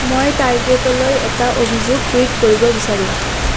মই টাৰ্গেটলৈ এটা অভিযোগ টুইট কৰিব বিচাৰোঁ